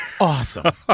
Awesome